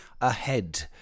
ahead